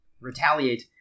retaliate